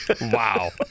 Wow